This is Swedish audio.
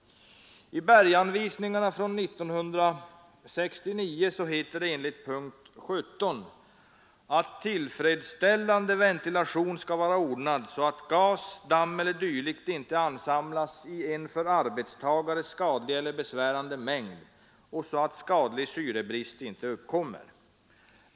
I berganvisningarna från juni 1969 heter det enligt punkt 17 att ”tillfredsställande ventilation skall vara ordnad så att gas, damm eller dylikt inte ansamlas i en för arbetstagare skadlig eller besvärande mängd och så att skadlig syrebrist ej uppkommer”.